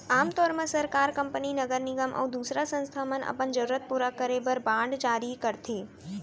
आम तौर म सरकार, कंपनी, नगर निगम अउ दूसर संस्था मन अपन जरूरत पूरा करे बर बांड जारी करथे